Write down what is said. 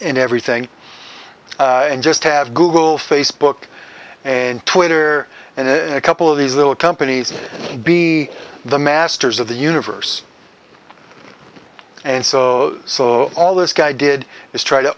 in everything and just have google facebook and twitter and a couple of these little companies would be the masters of the universe and so so all this guy did is try to